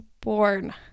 born